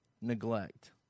neglect